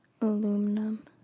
aluminum